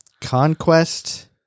Conquest